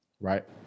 right